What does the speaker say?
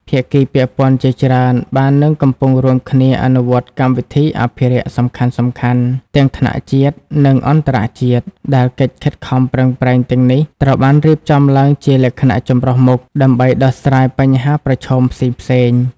ភាគីពាក់ព័ន្ធជាច្រើនបាននិងកំពុងរួមគ្នាអនុវត្តកម្មវិធីអភិរក្សសំខាន់ៗ ទាំងថ្នាក់ជាតិ និងអន្តរជាតិ ដែលកិច្ចខិតខំប្រឹងប្រែងទាំងនេះត្រូវបានរៀបចំឡើងជាលក្ខណៈចម្រុះមុខ ដើម្បីដោះស្រាយបញ្ហាប្រឈមផ្សេងៗ។